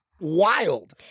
wild